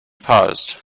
paused